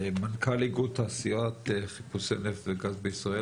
מנכ"ל איגוד תעשיית חיפושי נפט וגז בישראל,